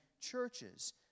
churches